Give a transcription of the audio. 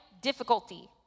difficulty